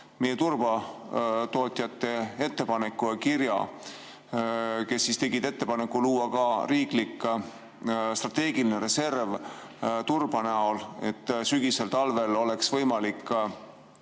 meie turbatootjate kirja, kes tegid ettepaneku luua ka riiklik strateegiline reserv turba näol, et sügisel-talvel oleks võimalik